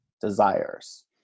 desires